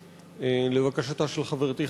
לבקשתה של חברתי,